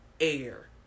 air